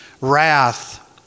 Wrath